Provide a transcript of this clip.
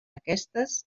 aquestes